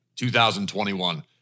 2021